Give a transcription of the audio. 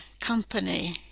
company